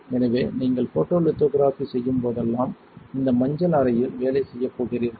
எனவே நீங்கள் ஃபோட்டோலித்தோகிராபி செய்யும் போதெல்லாம் இந்த மஞ்சள் அறையில் வேலை செய்யப் போகிறீர்கள்